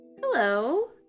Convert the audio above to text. Hello